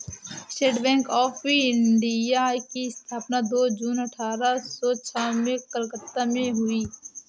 state Bank of India की स्थापना दो जून अठारह सो छह में कलकत्ता में हुई